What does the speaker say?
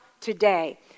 today